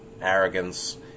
arrogance